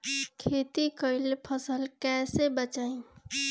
खेती कईल फसल कैसे बचाई?